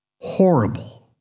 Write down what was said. horrible